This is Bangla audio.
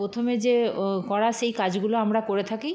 প্রথমে যে ও করার সেই কাজগুলো আমরা করে থাকি